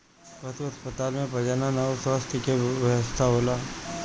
पशु अस्पताल में प्रजनन अउर स्वास्थ्य के व्यवस्था होला